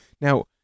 Now